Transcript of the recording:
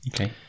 Okay